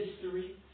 History